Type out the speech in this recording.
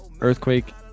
earthquake